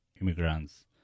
immigrants